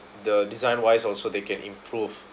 the design wise also they can improve